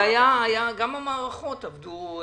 נכון, אבל גם המערכות עבדו.